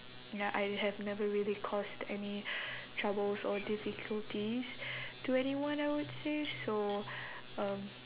ya I have never really caused any troubles or difficulties to anyone I would say so um